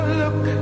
look